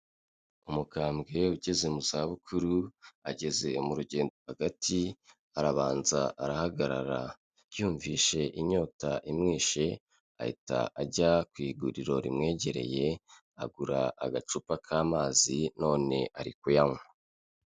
Umukambwe ugeze mu za bukuru, ageze mu rugendo hagati arabanza arahagarara, yumvishe inyota imwishe ahita ajya ku iguriro rimwegereye agura agacupa k'amazi none ari kuyanywa.